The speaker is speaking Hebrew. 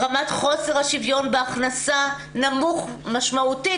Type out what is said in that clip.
רמת חוסר השוויון בהכנסה נמוך משמעותית